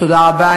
תודה רבה.